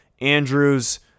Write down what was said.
Andrews